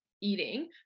Eating